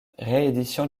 réédition